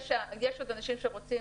אם יש עוד אנשים שרוצים,